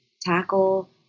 tackle